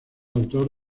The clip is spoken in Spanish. autor